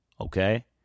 Okay